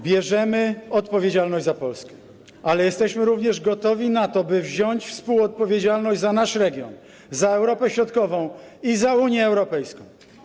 Bierzemy odpowiedzialność za Polskę, ale jesteśmy również gotowi na to, by wziąć współodpowiedzialność za nasz region, za Europę Środkową i za Unię Europejską.